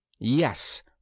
Yes